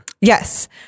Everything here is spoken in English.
yes